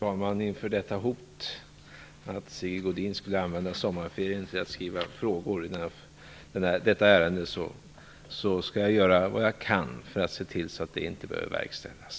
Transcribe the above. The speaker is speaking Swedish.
Fru talman! Inför detta hot att Sigge Godin skulle använda sommarferien till att skriva frågor i detta ärende lovar jag att jag skall göra vad jag kan för att se till att detta hot inte behöver verkställas.